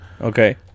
Okay